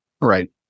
Right